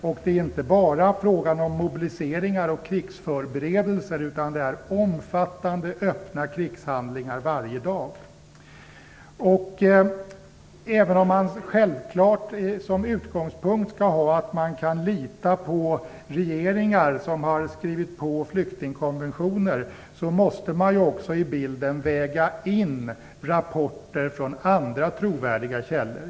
Det är inte bara frågan om mobiliseringar och krigsförberedelser, utan det är omfattande öppna krigshandlingar varje dag. Även om man självfallet som utgångspunkt skall ha att man kan lita på regeringar som har skrivit på flyktingkonventioner måste man också i bilden väga in rapporter från andra trovärdiga källor.